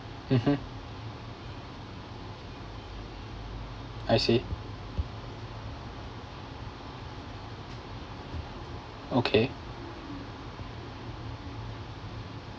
mmhmm I see okay